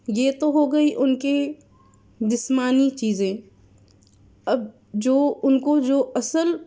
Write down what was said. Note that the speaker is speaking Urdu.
یہ تو ہو گئی ان کی جسمانی چیزیں اب جو ان کو جو اصل